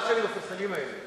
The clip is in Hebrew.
אף שאני בספסלים האלה,